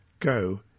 go